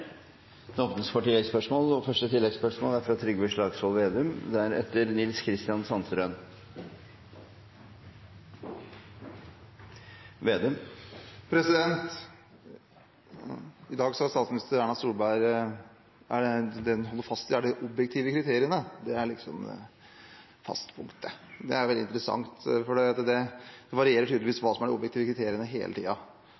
Det blir gitt anledning til oppfølgingsspørsmål – først Trygve Slagsvold Vedum. I dag sa statsminister Erna Solberg at det hun holder fast ved, er de objektive kriteriene – det er liksom det faste punktet. Det er veldig interessant, fordi hva som er de objektive kriteriene, varierer tydeligvis hele tiden. Og da